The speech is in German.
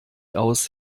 aus